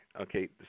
Okay